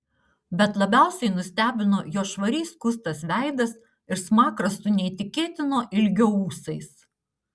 bet labiausiai nustebino jo švariai skustas veidas ir smakras su neįtikėtino ilgio ūsais